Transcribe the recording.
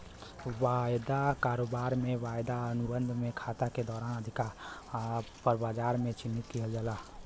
वायदा कारोबार में, वायदा अनुबंध में खाता के दैनिक आधार पर बाजार में चिह्नित किहल जाला